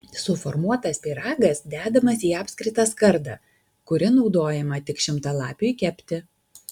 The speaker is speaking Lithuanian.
suformuotas pyragas dedamas į apskritą skardą kuri naudojama tik šimtalapiui kepti